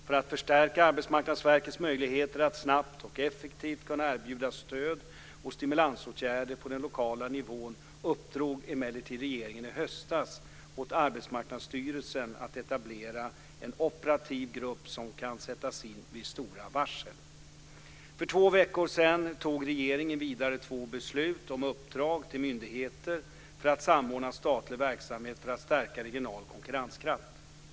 För att förstärka Arbetsmarknadsverkets möjligheter att snabbt och effektivt kunna erbjuda stöd och stimulansåtgärder på den lokala nivån uppdrog emellertid regeringen i höstas åt Arbetsmarknadsstyrelsen att etablera en operativ grupp som kan sättas in vid stora varsel. För två veckor sedan tog regeringen vidare två beslut om uppdrag till myndigheter för att samordna statlig verksamhet för att stärka regional konkurrenskraft.